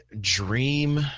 dream